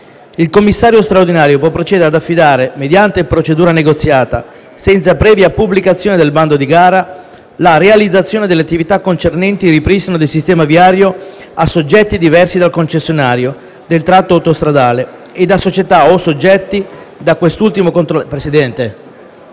Il commissario straordinario può procedere ad affidare, mediante procedura negoziata, senza previa pubblicazione del bando di gara, la realizzazione delle attività concernenti il ripristino del sistema viario a soggetti diversi dal concessionario del tratto autostradale e da società o soggetti da quest’ultimo controllati